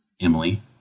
Emily